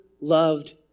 loved